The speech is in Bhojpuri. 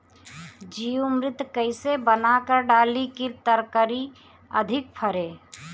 जीवमृत कईसे बनाकर डाली की तरकरी अधिक फरे?